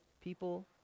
people